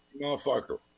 motherfucker